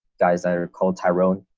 guys that are called tyrone.